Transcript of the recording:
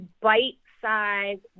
bite-sized